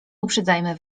uprzedzajmy